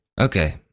Okay